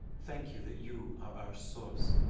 thank you that you are our source.